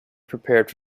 prepared